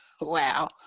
Wow